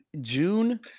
June